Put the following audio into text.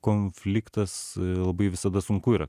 konfliktas labai visada sunku yra